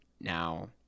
now